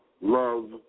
love